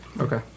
Okay